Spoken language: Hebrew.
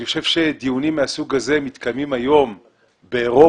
אני חושב שדיונים מהסוג הזה מתקיימים היום באירופה